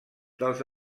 dels